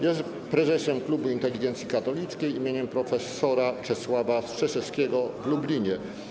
Jest prezesem Klubu Inteligencji Katolickiej im. prof. Czesława Strzeszewskiego w Lublinie.